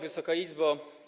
Wysoka Izbo!